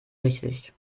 richtig